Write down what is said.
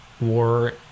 war